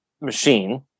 machine